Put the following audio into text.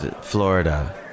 Florida